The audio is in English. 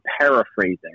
paraphrasing